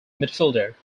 midfielder